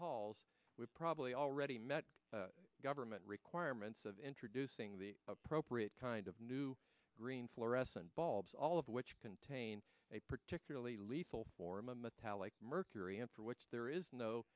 halls would probably already met the government requirements of introducing the appropriate kind of new green fluorescent bulbs all of which contain a particularly lead for a metallic mercury and for which there is no